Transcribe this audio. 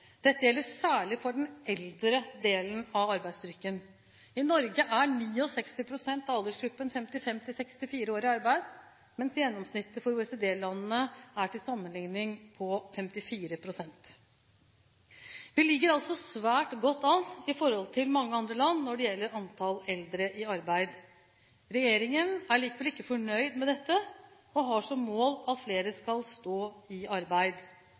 Dette gjelder særlig for den eldre delen av arbeidsstyrken. I Norge er 69 pst. av aldersgruppen 55–64 år i arbeid. Gjennomsnittet for OECD-landene er til sammenligning på 54 pst. Vi ligger altså svært godt an i forhold til mange andre land når det gjelder antall eldre i arbeid. Regjeringen er likevel ikke fornøyd med dette og har som mål at flere skal stå lenger i arbeid.